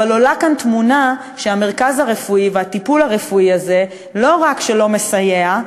אבל עולה כאן תמונה שהמרכז הרפואי והטיפול הרפואי הזה לא רק שלא מסייע,